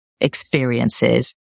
experiences